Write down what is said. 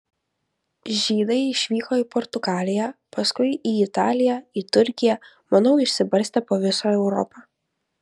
žydai išvyko į portugaliją paskui į italiją į turkiją manau išsibarstė po visą europą